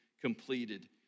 completed